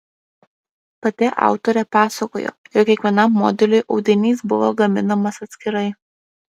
pati autorė pasakojo jog kiekvienam modeliui audinys buvo gaminamas atskirai